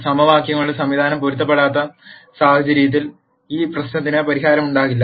സമവാക്യങ്ങളുടെ സംവിധാനം പൊരുത്തപ്പെടാത്ത സാഹചര്യത്തിൽ ഈ പ്രശ്നത്തിന് പരിഹാരമുണ്ടാകില്ല